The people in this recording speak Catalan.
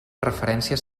referències